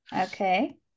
okay